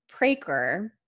Praker